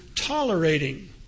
tolerating